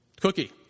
Cookie